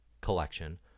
collection